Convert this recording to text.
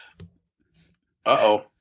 Uh-oh